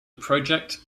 project